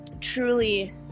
truly